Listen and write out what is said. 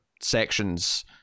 sections